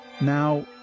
Now